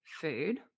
food